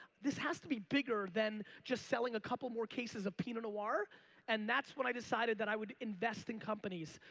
this has to be bigger then just selling a couple more cases of pinot noir and that's when i decided that i would invest in companies.